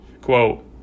quote